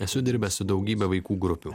esu dirbęs su daugybe vaikų grupių